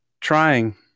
trying